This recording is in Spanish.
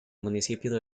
municipio